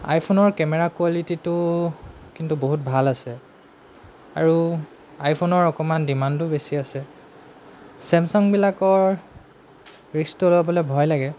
আইফোনৰ camera কোৱালিটিটো কিন্তু বহুত ভাল আছে আৰু আইফোনৰ অকণমান ডিমাণ্ডো বেছি আছে চেমচাংবিলাকৰ ৰিক্সটো ল'বলৈ ভয় লাগে